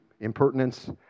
Impertinence